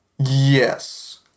Yes